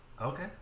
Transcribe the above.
Okay